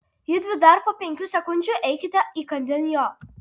judvi dar po penkių sekundžių eikite įkandin jo